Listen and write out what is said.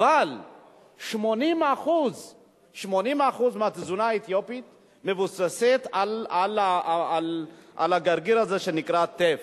אבל 80% מהתזונה האתיופית מבוססים על הגרגר הזה שנקרא טף,